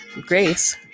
grace